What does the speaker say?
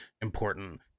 important